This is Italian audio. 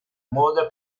moda